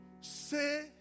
say